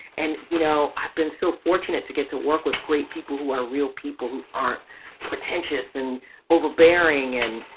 and, you know, i've been so fortunate to get to work with great people who are real people who aren't pretentious and overbearing. and,